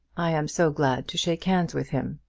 i am so glad to shake hands with him,